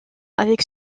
avec